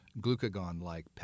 glucagon-like